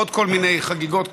ועוד כל מיני חגיגות כאלה.